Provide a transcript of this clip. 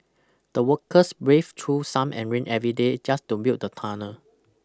the workers braved through sum and rain every day just to build the tunnel